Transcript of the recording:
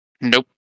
Nope